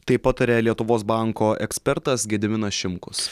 taip pataria lietuvos banko ekspertas gediminas šimkus